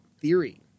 theory